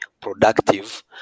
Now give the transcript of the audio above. productive